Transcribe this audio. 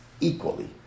equally